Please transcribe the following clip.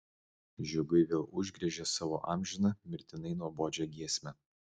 žiogai vėl užgriežė savo amžiną mirtinai nuobodžią giesmę